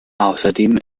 außerdem